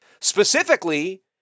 Specifically